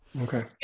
Okay